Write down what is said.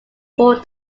full